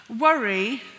worry